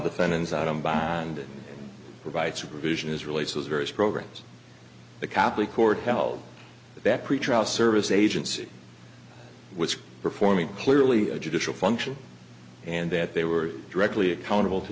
defendants out on bond and provide supervision is released as various programs the catholic court held that pretrial service agency was performing clearly a judicial function and that they were directly accountable to